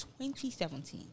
2017